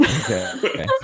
Okay